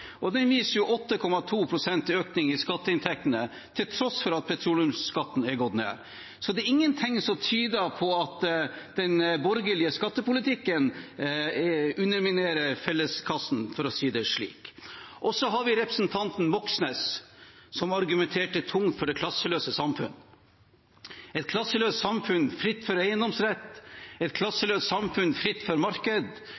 og den viser 8,2 pst. økning i skatteinntektene – til tross for at petroleumsskatten er gått ned. Det er ingen ting som tyder på at den borgerlige skattepolitikken underminerer felleskassen, for å si det slik. Og så har vi representanten Moxnes som argumenterte tungt for det klasseløse samfunn – et klasseløst samfunn fritt for eiendomsrett, et